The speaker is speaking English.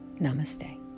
Namaste